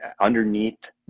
underneath